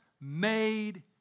made